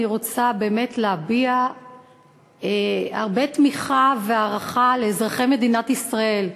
אני רוצה באמת להביע הרבה תמיכה והערכה לאזרחי מדינת ישראל,